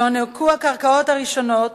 יוענקו הקרקעות הראשונות